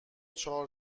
چهار